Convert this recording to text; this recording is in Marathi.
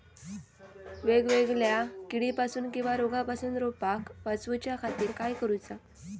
वेगवेगल्या किडीपासून किवा रोगापासून रोपाक वाचउच्या खातीर काय करूचा?